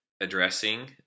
addressing